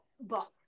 book